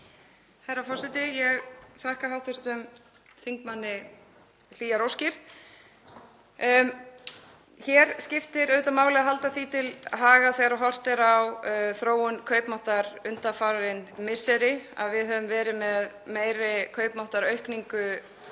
Herra forseti. Ég þakka hv. þingmanni hlýjar óskir. Hér skiptir auðvitað máli að halda því til haga þegar horft er á þróun kaupmáttar undanfarin misseri að við höfum verið með meiri kaupmáttaraukningu hér